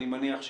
אני מניח,